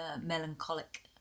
melancholic